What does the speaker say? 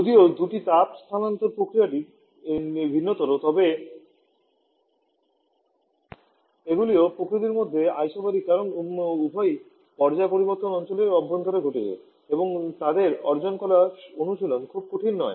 যদিও দুটি তাপ স্থানান্তর প্রক্রিয়া ভিন্নতর তবে এগুলিও প্রকৃতির মধ্যে আইসোবারিক কারণ উভয়ই পর্যায় পরিবর্তন অঞ্চলের অভ্যন্তরে ঘটছে এবং তাই তাদের অর্জন করা অনুশীলন খুব কঠিন নয়